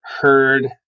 heard